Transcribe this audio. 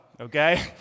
Okay